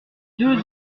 deux